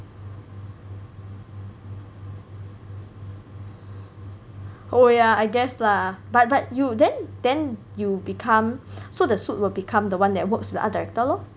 oh yeah I guess lah but but you then then you become so the suit will become the one that works with the other director lor